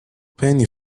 penny